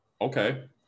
okay